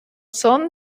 son